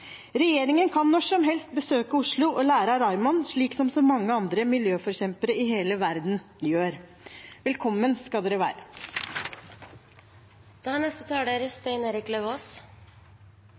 Regjeringen kan når som helst besøke Oslo og lære av Raymond, slik som så mange andre miljøforkjempere i hele verden gjør. Velkommen skal dere være.